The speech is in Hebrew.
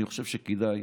אני חושב שכדאי